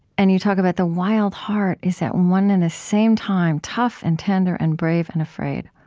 and you talk about the wild heart is, at one and the same time, tough and tender and brave and afraid,